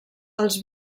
els